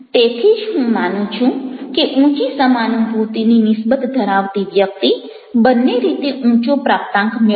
તેથી જ હું માનું છું કે ઊંચી સમાનુભૂતિની નિસબત ધરાવતી વ્યક્તિ બંને રીતે ઊંચો પ્રાપ્તાંક મેળવશે